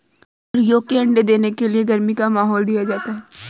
मुर्गियों के अंडे देने के लिए गर्मी का माहौल दिया जाता है